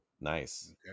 Nice